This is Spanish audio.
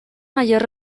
mayor